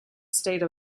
state